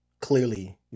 Clearly